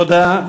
תודה.